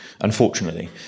unfortunately